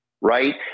right